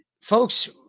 Folks